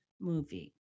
movie